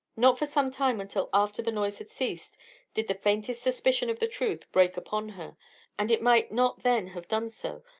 not for some time until after the noise had ceased did the faintest suspicion of the truth break upon her and it might not then have done so,